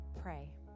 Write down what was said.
pray